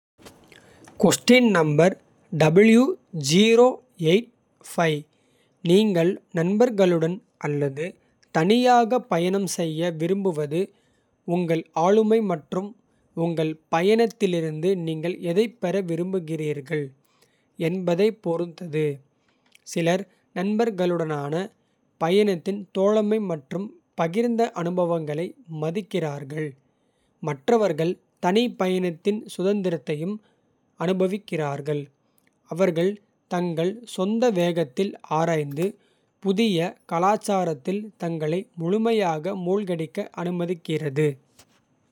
நீங்கள் நண்பர்களுடன் அல்லது தனியாக பயணம் செய்ய. விரும்புவது உங்கள் ஆளுமை மற்றும் உங்கள் பயணத்தி. லிருந்து நீங்கள் எதைப் பெற விரும்புகிறீர்கள் என்பதைப். பொறுத்தது சிலர் நண்பர்களுடனான பயணத்தின். தோழமை மற்றும் பகிர்ந்த அனுபவங்களை மதிக்கிறார்கள். மற்றவர்கள் தனி பயணத்தின் சுதந்திரத்தையும் சுதந்திரத்தையும். அனுபவிக்கிறார்கள் அவர்கள் தங்கள் சொந்த வேகத்தில். ஆராய்ந்து புதிய கலாச்சாரத்தில் தங்களை. முழுமையாக மூழ்கடிக்க அனுமதிக்கிறது.